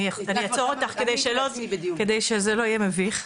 אני אעצור אותך כדי שזה לא יהיה מביך.